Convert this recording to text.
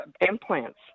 implants